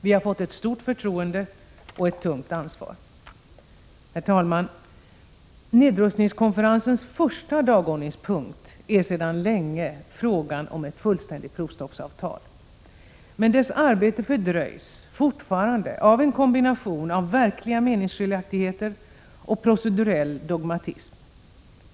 Vi har fått ett stort förtroende — och ett tungt ansvar. Herr talman! Nedrustningskonferensens första dagordningspunkt är, sedan länge, frågan om ett fullständigt provstoppsavtal. Men dess arbete fördröjs, fortfarande, av en kombination av verkliga meningsskiljaktigheter och procedurell dogmatism.